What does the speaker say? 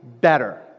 better